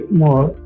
more